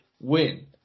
win